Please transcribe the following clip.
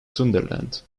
sunderland